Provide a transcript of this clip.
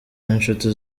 n’inshuti